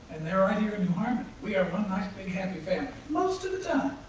and they're right here in new harmony. we are one nice, big, happy family most of the time.